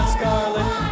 Scarlet